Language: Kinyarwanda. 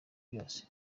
byose